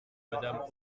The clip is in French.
madame